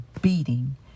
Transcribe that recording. beating